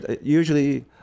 usually